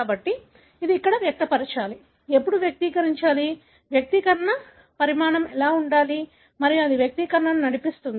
కాబట్టి అది ఎక్కడ వ్యక్తపరచాలి ఎప్పుడు వ్యక్తీకరించాలి వ్యక్తీకరణ పరిమాణం ఎలా ఉండాలి మరియు అది వ్యక్తీకరణను నడిపిస్తుంది